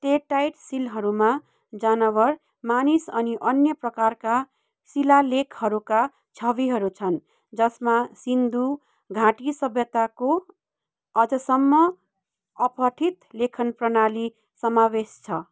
steatite सिलहरूमा जनावर मानिस अनि अन्य प्रकारका शिलालेखहरूका छविहरू छन् जसमा सिन्धु घाटी सभ्यताको अझसम्म अपठित लेखन प्रणाली समावेश छ